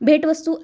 भेटवस्तू